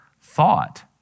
thought